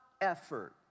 effort